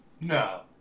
No